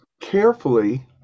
carefully